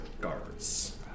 guards